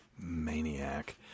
Maniac